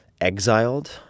exiled